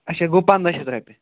اَچھا گوٚو پَنٛداہ شَتھ رۄپیہِ